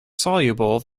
soluble